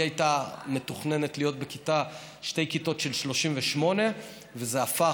היא הייתה מתוכננת להיות בשתי כיתות של 38 וזה הפך,